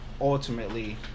ultimately